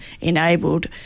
enabled